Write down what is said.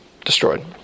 destroyed